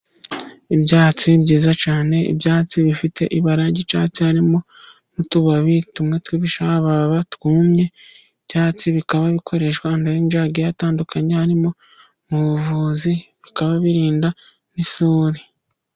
Ibyatsi byiza cyane ibyatsi bifite ibara ry'icyatsi harimo n'utubabi tumwe tw'ibishababa twumye. Ibyatsi bikaba bikoreshwa ahantu hatandukanye harimo mu buvuzikaba bikaba birinda n'isuri.